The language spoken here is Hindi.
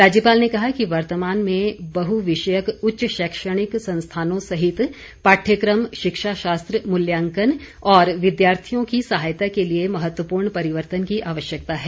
राज्यपाल ने कहा कि वर्तमान में बहु विषयक उच्च शैक्षणिक संस्थानों सहित पाठ्यक्रम शिक्षा शास्त्र मूल्यांकन और विद्यार्थियों की सहायता के लिए महत्वपूर्ण परिवर्तन की आवश्यकता है